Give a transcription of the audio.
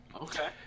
Okay